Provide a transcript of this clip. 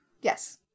Yes